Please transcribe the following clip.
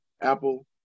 Apple